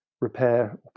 repair